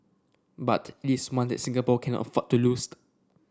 but it is one that Singapore cannot afford to loosed